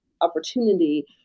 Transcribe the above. opportunity